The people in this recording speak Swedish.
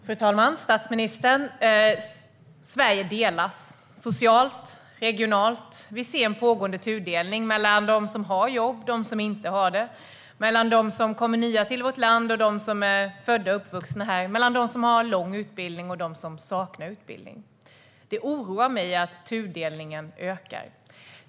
Fru talman och statsministern! Sverige delas socialt och regionalt. Vi ser en pågående tudelning mellan dem som har jobb och dem som inte har det, mellan dem som kommer nya till vårt land och dem som är födda och uppvuxna här samt mellan dem som har en lång utbildning och dem som saknar utbildning. Det oroar mig att tudelningen ökar.